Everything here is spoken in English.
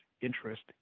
interest